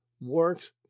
works